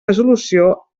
resolució